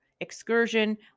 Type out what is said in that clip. excursion